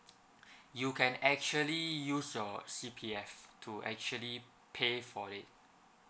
you can actually use your C_P_F to actually pay for it